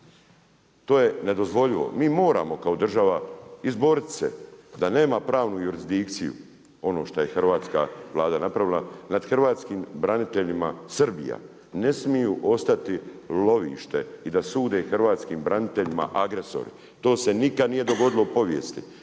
To je nedozvoljivo. Mi moramo kao država izboriti se da nema pravnu jurisdikciju ono što je hrvatska Vlada napravila nad hrvatskim braniteljima, …/Govornik se ne razumije. ne smiju ostati lovište i da sude hrvatskim braniteljima agresori, to se nikad nije ni dogodilo u povijesti.